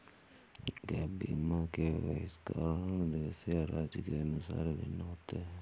gap बीमा के बहिष्करण देश या राज्य के अनुसार भिन्न होते हैं